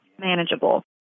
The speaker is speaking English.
manageable